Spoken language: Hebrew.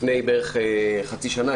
לפני בערך חצי שנה,